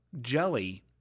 Jelly